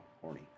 horny